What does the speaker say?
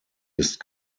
ist